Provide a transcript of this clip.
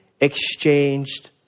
exchanged